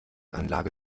anlage